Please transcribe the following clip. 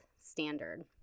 standard